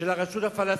2010 ברשות הפלסטינית,